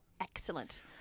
excellent